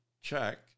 check